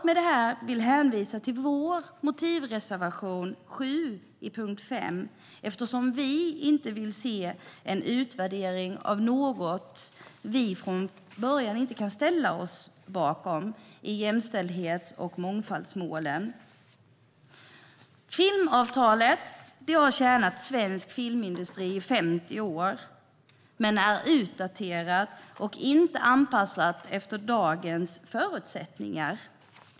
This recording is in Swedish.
Med detta vill jag hänvisa till vår motivreservation 7 vid punkt 5, eftersom vi inte vill se en utvärdering av något som vi från början inte kan ställa oss bakom i jämställdhets och mångfaldsmålen. Filmavtalet har tjänat svensk filmindustri i 50 år, men det är utdaterat och inte anpassat efter dagens förutsättningar.